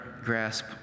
grasp